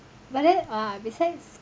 but then uh besides